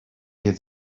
gave